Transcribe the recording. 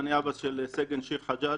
אני אבא של סגן שיר חג'אג'